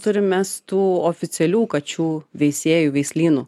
turim mes tų oficialių kačių veisėjų veislynų